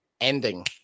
ending